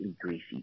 greasy